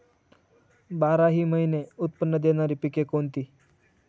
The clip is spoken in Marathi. बाराही महिने उत्त्पन्न देणारी पिके कोणती?